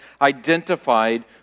identified